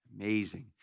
Amazing